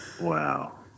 Wow